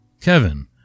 Kevin